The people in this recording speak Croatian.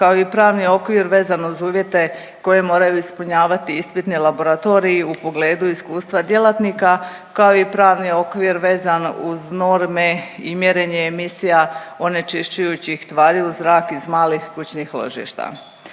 kao i pravni okvir vezan uz uvjete koje moraju ispunjavati ispitni laboratoriji u pogledu iskustva djelatnika kao i pravni okvir vezano uz norme i mjerenje emisija onečišćujućih tvari u zrak iz malih kućnih ložišta.